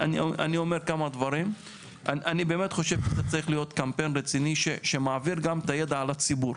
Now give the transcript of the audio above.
זה צריך להיות קמפיין רציני שמעביר גם את הידע לציבור,